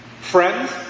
friends